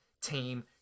Team